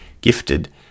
gifted